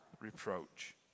reproach